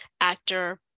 actor